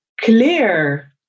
clear